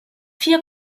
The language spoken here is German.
vier